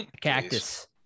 Cactus